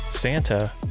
Santa